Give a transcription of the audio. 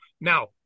Now